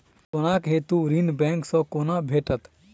सोनाक हेतु ऋण बैंक सँ केना भेटत?